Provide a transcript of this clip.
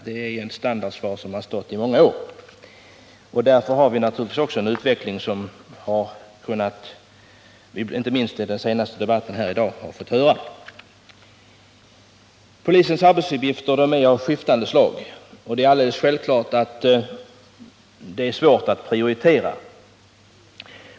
Det är en standardfras som stått där under många år. Därför har vi också en utveckling som vi inte minst i den senaste debatten här i dag kunnat få höra om. Polisens arbetsuppgifter är av skiftande slag, och det är alldeles självklart att det är svårt att prioritera.